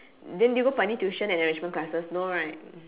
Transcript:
then did you go for any tuition and enrichment classes no right